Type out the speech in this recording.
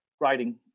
writing